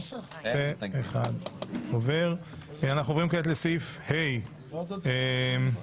הצבעה בעד - 6 נגד אין אושר.